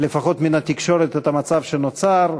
לפחות מהתקשורת, את המצב שנוצר.